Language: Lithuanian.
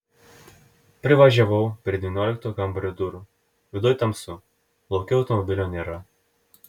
privažiavau prie devynioliktojo kambario durų viduj tamsu lauke automobilio nėra